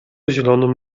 zielonym